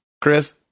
Chris